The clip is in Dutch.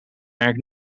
merk